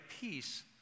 peace